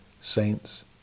Saints